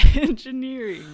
engineering